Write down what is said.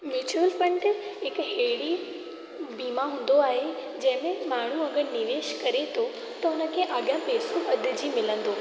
mutual fund हिकु अहिड़ी बीमा हूंदो आहे जंहिंमें माण्हू अगरि निवेश करे थो त उन खे अॻियां पैसो वधिजी मिलंदो